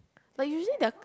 like usually they are